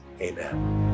amen